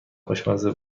خوشمزه